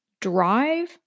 drive